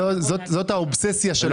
זאת האובססיה שלכם.